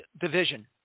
division